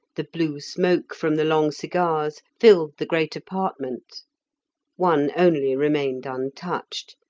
the blue smoke from the long cigars filled the great apartment one only remained untouched,